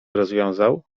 rozwiązał